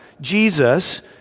Jesus